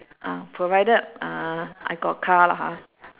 uh provided uh I got car lah ha